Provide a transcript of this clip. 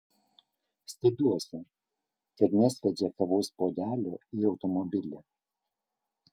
stebiuosi kad nesviedžia kavos puodelio į automobilį